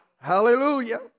Hallelujah